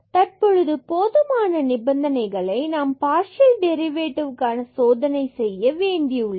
தற்பொழுது போதுமான நிபந்தனைகள் நாம் பார்சியல் டெரிவேட்டிவ்கான சோதனை செய்ய வேண்டி உள்ளது